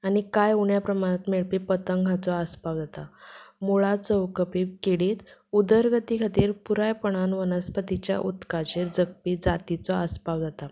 आनी कांय उण्या प्रमाणांत मेळपी पतंग हाचो आस्पाव जाता मुळांत चौकपी किडींत उदरगती खातीर पुरायपणान वनस्पतीच्या उदकाचेर जगपी जातीचो आसपाव जाता